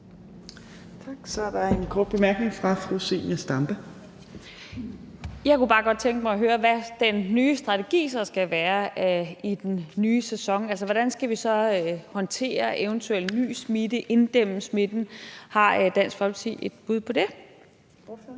Tak. Så er der en kort bemærkning fra fru Zenia Stampe. Kl. 21:03 Zenia Stampe (RV): Jeg kunne bare godt tænke mig at høre, hvad den nye strategi så skal være i den nye sæson. Altså, hvordan skal vi så håndtere eventuel ny smitte og inddæmme smitten? Har Dansk Folkeparti et bud på det? Kl.